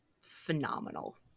phenomenal